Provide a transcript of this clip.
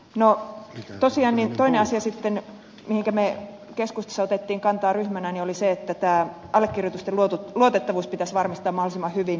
no tosiaan toinen asia sitten mihinkä me keskustassa otimme kantaa ryhmänä oli se että tämä allekirjoitusten luotettavuus pitäisi varmistaa mahdollisimman hyvin